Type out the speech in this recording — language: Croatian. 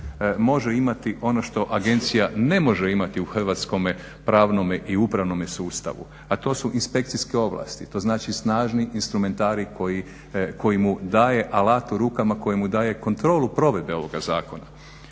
može imati ono što agencija ne može imati u hrvatskome pravnome i upravnome sustavu, a to su inspekcijske ovlasti, to znači snažni instrumentarij koji mu daje alat u rukama, koji mu daje kontrolu provedbe ovoga zakona.